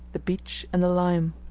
the beech, and the lime.